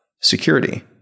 security